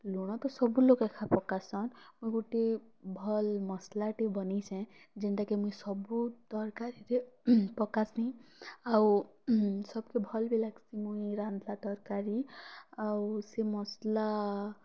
ଲୁଣ ତ ସବୁ ଲୋକ୍ ଏଖାଁ ପକାସନ୍ ମୁଇଁ ଗୁଟେ ଭଲ୍ ମସ୍ଲାଟେ ବନେଇଛେଁ ଯେନ୍ଟାକି ମୁଇଁ ସବୁ ତର୍କାରୀରେ ପକାସିଂ ଆଉ ସବ୍କେ ଭଲ୍ ବି ଲାଗ୍ସି ମୁଇଁ ରାନ୍ଧଲା ତରକାରୀ ଆଉ ସେ ମସ୍ଲା